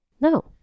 No